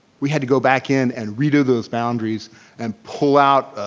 we had to go back in and redo those boundaries and pull out